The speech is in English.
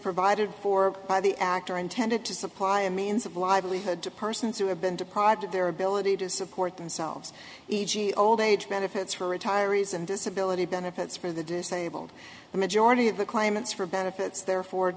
provided for by the act are intended to supply a means of livelihood to persons who have been deprived of their ability to support themselves e g old age benefits for retirees and disability benefits for the disabled the majority of the claimants for benefits therefore